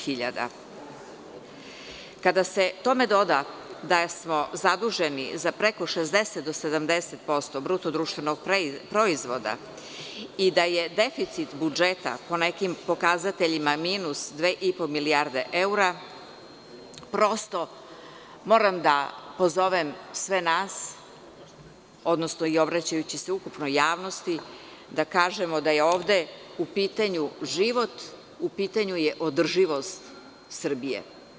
Kada se tome doda da smo zaduženi za preko 60 do 70% BDP i da je deficit budžeta po nekim pokazateljima minus 2,5 milijardi evra, prosto moram da pozovem sve nas, odnosno obraćajući se i ukupnoj javnosti da kažemo da je ovde u pitanju život, u pitanju je održivost Srbije.